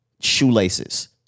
shoelaces